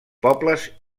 pobles